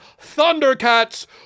thundercats